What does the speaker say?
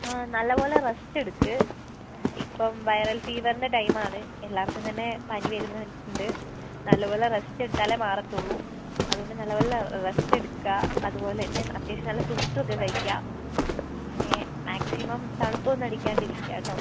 ആ നല്ലപോലെ റെസ്റ്റ് എടുക്ക് ഇപ്പം വൈറൽ ഫീവറിൻ്റെ ടൈമാണ് എല്ലാവർക്കും തന്നെ പനി വരുന്നുണ്ട് നല്ലപോലെ റെസ്റ്റ് എടുത്താലേ മാറത്തുള്ളൂ അതുകൊണ്ട് നല്ലപോലെ റെസ്റ്റ് എടുക്കുക അതുപോലെതന്നെ അത്യാവശ്യം നല്ല ഫ്രൂട്ട്സൊക്കെ കഴിക്കുക പിന്നെ മാക്സിമം തണുപ്പൊന്നും അടിക്കാണ്ട് ഇരിക്കുക കേട്ടോ